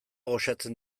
goxatzen